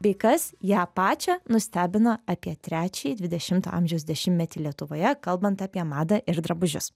bei kas ją pačią nustebino apie trečiąjį dvidešimto amžiaus dešimtmetį lietuvoje kalbant apie madą ir drabužius